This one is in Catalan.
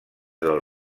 del